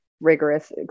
rigorous